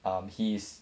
um he's